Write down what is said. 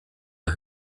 der